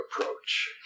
approach